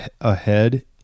ahead